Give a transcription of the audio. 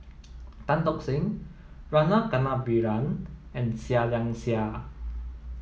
Tan Tock Seng Rama Kannabiran and Seah Liang Seah